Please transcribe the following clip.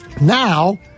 now